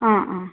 ആ ആ